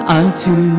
unto